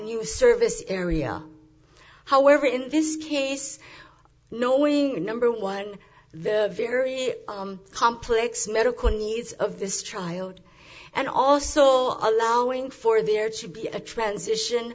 news service area however in this case knowing number one the very complex medical needs of this child and also allowing for there should be a transition